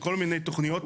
וכל מיני תוכניות